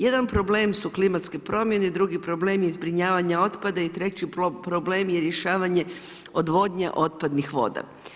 Jedan problem su klimatske promjene, drugi problem je zbrinjavanje otpada i treći problem je rješavanje odvodnje otpadnih voda.